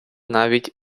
навіть